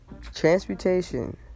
Transmutation